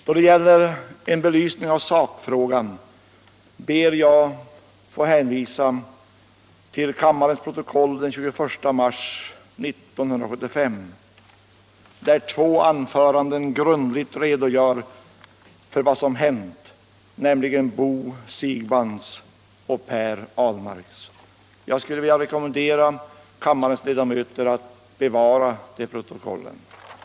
Då det gäller en belysning av sakfrågan ber jag att få hänvisa till kammarens protokoll den 21 mars 1975, där två talare grundligt redogör för vad som hänt, nämligen Bo Siegbahn och Per Ahlmark. Jag vill rekommendera kammarens ledamöter att bevara det protokollet.